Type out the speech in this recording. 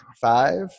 Five